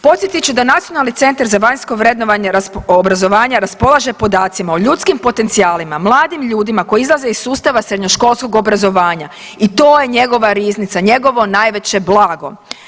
Podsjetit ću Nacionalni centra za vanjsko vrednovanje obrazovanja raspolaže podacima o ljudskim potencijalima, mladim ljudima koji izlaze iz sustava srednjoškolskog obrazovanja i to je njegova riznica, njegovo najveće blago.